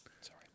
Sorry